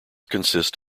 consist